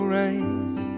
right